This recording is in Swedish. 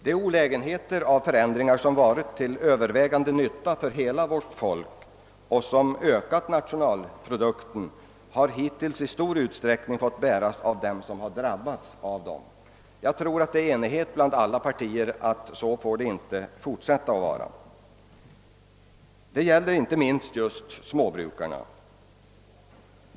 De olägenheter av förändringar som till övervägande del varit till nytta för hela vårt folk och som ökat nationalprodukten har hittills i stor utsträckning fått bäras av dem som drabbats av olägenheterna. Jag tror att enighet råder bland alla partier om att detta inte får fortsätta. Detta gäller inte minst småbrukarna.